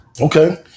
Okay